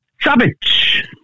Savage